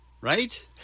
Right